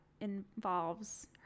involves